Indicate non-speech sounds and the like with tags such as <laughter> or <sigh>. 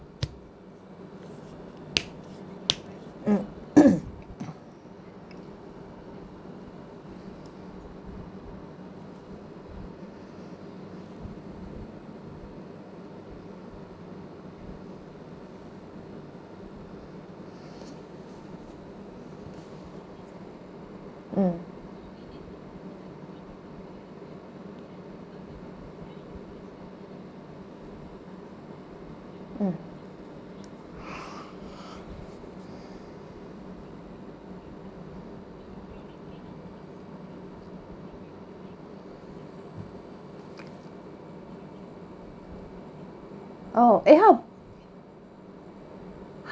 mm <noise> mm mm oh eh how